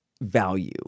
value